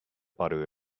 butter